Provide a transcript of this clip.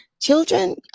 children